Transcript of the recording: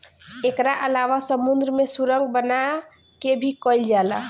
एकरा अलावा समुंद्र में सुरंग बना के भी कईल जाला